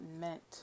meant